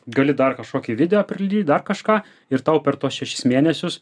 gali dar kažkokį video prilipdyt dar kažką ir tau per tuos šešis mėnesius